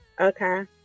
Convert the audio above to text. Okay